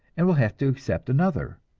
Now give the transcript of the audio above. and will have to accept another,